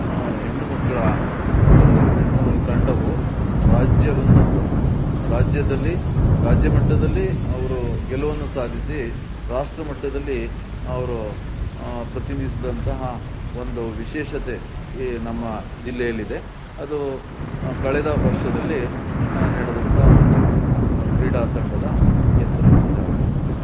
ಹೆಣ್ಣುಮಕ್ಳ ಒಂದು ಹೆಣ್ಣು ತಂಡವು ರಾಜ್ಯವನ್ನು ಪ್ರ ರಾಜ್ಯದಲ್ಲಿ ರಾಜ್ಯಮಟ್ಟದಲ್ಲಿ ಅವರು ಗೆಲುವನ್ನು ಸಾಧಿಸಿ ರಾಷ್ಟ್ರಮಟ್ಟದಲ್ಲಿ ಅವರು ಪ್ರತಿನಿಧಿಸ್ದಂತಹ ಒಂದು ವಿಶೇಷತೆ ಈ ನಮ್ಮ ಜಿಲ್ಲೆಯಲ್ಲಿದೆ ಅದು ಕಳೆದ ವರ್ಷದಲ್ಲಿ ನೆಡೆದಂತ ಒಂದು ಕ್ರೀಡಾ ತಂಡದ ಹೆಸರು ಇದಾಗಿರುತ್ತೆ